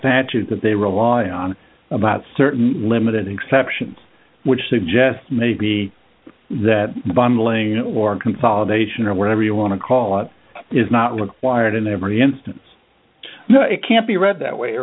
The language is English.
statute that they rely on about certain limited exceptions which suggest maybe that bundling or consolidation or whatever you want to call it is not required in every instance you know it can't be read that way